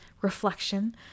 reflection